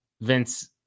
Vince